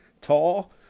tall